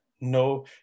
No